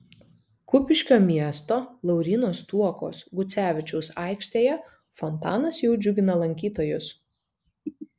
kupiškio miesto lauryno stuokos gucevičiaus aikštėje fontanas jau džiugina lankytojus